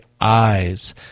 eyes